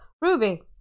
Ruby